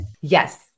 Yes